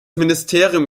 ministerium